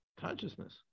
consciousness